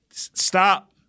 Stop